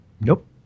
Nope